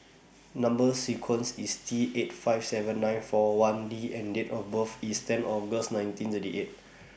Number sequence IS T eight five seven nine four one D and Date of birth IS ten August nineteen thirty eight